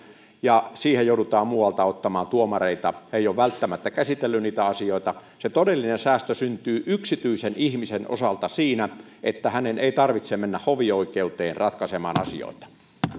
ja siihen joudutaan muualta ottamaan tuomareita he eivät ole välttämättä käsitelleet niitä asioita se todellinen säästö syntyy yksityisen ihmisen osalta siinä että hänen ei tarvitse mennä hovioikeuteen ratkaisemaan asioita